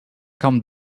come